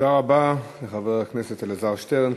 תודה רבה לחבר הכנסת אלעזר שטרן.